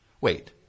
Wait